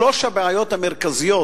שלוש הבעיות המרכזיות,